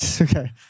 Okay